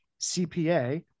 cpa